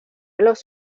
los